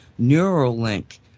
Neuralink